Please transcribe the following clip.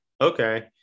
Okay